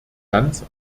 ganz